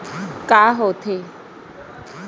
का होथे?